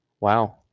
Wow